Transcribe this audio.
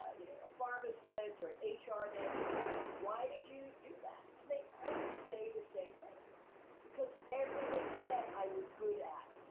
you know, a pharmacist or an ah hr manager, it's like, why did you do that? and they always say the same thing because everyone said i was good at,